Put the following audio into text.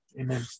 amen